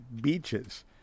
beaches